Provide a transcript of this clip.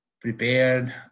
prepared